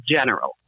general